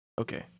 Okay